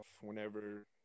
whenever